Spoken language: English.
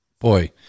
Boy